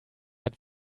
hat